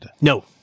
No